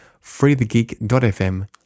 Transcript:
freethegeek.fm